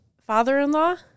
father-in-law